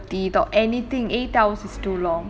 study or brush your teeth or anything eight hours is too long